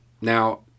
Now